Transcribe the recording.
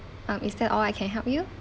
uh is that all I can help you